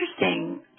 interesting